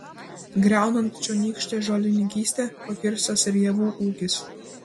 griaunant čionykštę žolininkystę pakirstas ir javų ūkis